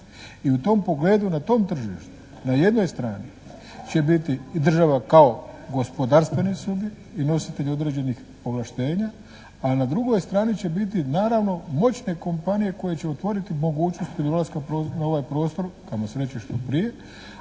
i u tom pogledu na tom tržištu na jednoj strani će biti i država kao gospodarstveni subjekt i nositelj određenih ovlaštenja, a na drugoj strani će biti naravno moćne kompanije koje će otvoriti mogućnost ulaska na ovaj prostor, kamo sreće što prije,